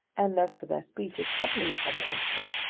and as for their speech, it's utterly incomprehensible.